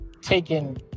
taken